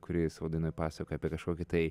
kuri savo dainoj pasakoja apie kažkokį tai